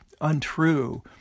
untrue